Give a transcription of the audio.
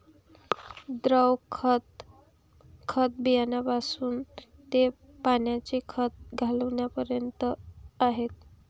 द्रव खत, खत बियाण्यापासून ते पाण्याने खत घालण्यापर्यंत आहे